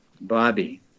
Bobby